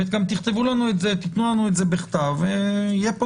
וגם תתנו לנו את זה בכתב ויהיה פה